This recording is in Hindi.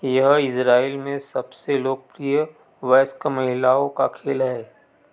यह इज़राइल में सबसे लोकप्रिय वयस्क महिलाओं का खेल है